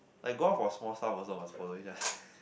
like go out for small stuff also must follow each other